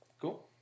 Cool